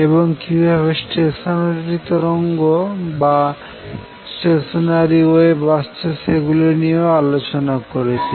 এবং কিভাবে স্টেশনারি তরঙ্গ আসছে সেগুলি নিয়েও আলোচনা করেছি